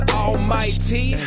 almighty